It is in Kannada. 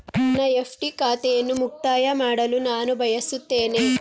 ನನ್ನ ಎಫ್.ಡಿ ಖಾತೆಯನ್ನು ಮುಕ್ತಾಯ ಮಾಡಲು ನಾನು ಬಯಸುತ್ತೇನೆ